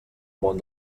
món